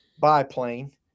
biplane